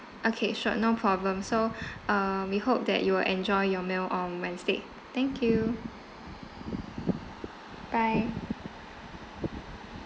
okay sure no problem so uh we hope that you will enjoy your meal on wednesday thank you